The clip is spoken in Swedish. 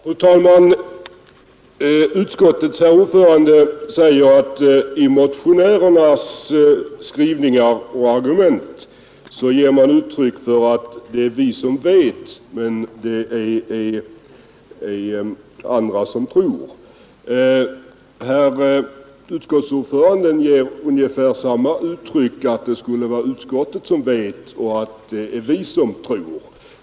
Fru talman! Utskottets ordförande säger att motionärerna i sin skrivning påstår att det är de som vet och att andra bara tror. Herr utskottsordföranden ger själv ungefär samma intryck: det är utskottet som vet och motionärerna som tror.